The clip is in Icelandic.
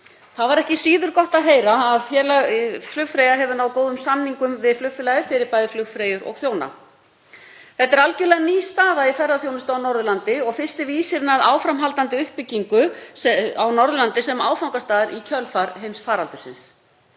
Þá var ekki síður gott að heyra að félag flugfreyja hefur náð góðum samningum við flugfélagið fyrir bæði flugfreyjur og -þjóna. Þetta er algjörlega ný staða í ferðaþjónustu á Norðurlandi og fyrsti vísirinn að áframhaldandi uppbyggingu á Norðurlandi sem áfangastaðar í kjölfar heimsfaraldursins.